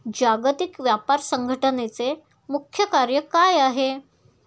जागतिक व्यापार संघटचे मुख्य कार्य काय आहे?